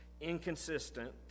inconsistent